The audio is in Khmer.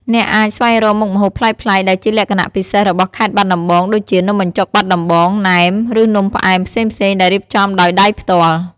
អ្នកអាចស្វែងរកមុខម្ហូបប្លែកៗដែលជាលក្ខណៈពិសេសរបស់ខេត្តបាត់ដំបងដូចជា នំបញ្ចុកបាត់ដំបង ណែម ឬនំផ្អែមផ្សេងៗដែលរៀបចំដោយដៃផ្ទាល់។